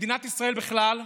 מדינת ישראל בכלל,